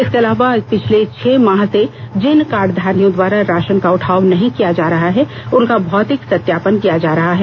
इसके अलावा पिछले छह माह से जिन कार्डधारियों द्वारा राशन का उठाव नहीं किया जा रहा है उनका मौतिक सत्यापन किया जा रहा है